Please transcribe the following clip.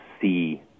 see